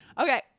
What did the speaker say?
Okay